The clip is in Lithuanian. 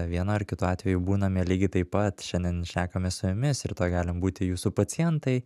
vienu ar kitu atveju būname lygiai taip pat šiandien šnekamės su jumis rytoj galim būti jūsų pacientai